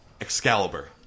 Excalibur